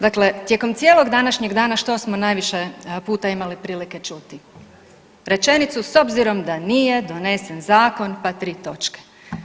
Dakle, tijekom cijelog današnjeg dana što smo najviše puta imali prilike čuti rečenicu s obzirom da nije zakon pa tri točke.